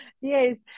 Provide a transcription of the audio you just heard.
Yes